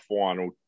final